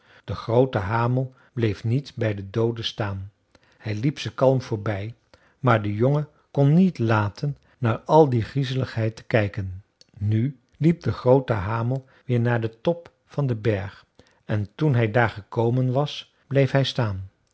de groote hamel bleef niet bij de dooden staan hij liep ze kalm voorbij maar de jongen kon niet laten naar al die griezeligheid te kijken nu liep de groote hamel weer naar den top van den berg en toen hij daar gekomen was bleef hij staan